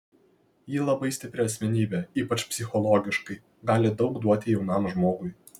ji labai stipri asmenybė ypač psichologiškai gali daug duoti jaunam žmogui